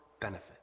benefit